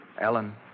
Ellen